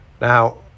Now